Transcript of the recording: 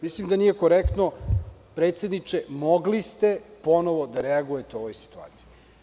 Mislim da nije korektno, predsedniče, mogli ste ponovo da reagujete u ovoj situaciji.